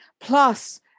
plus